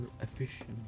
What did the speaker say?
Efficient